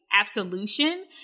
absolution